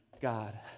God